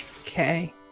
Okay